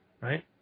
Right